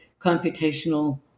computational